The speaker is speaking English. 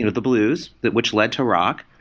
and the blues, that which lead to rock.